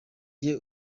jye